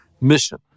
mission